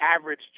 average